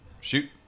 Shoot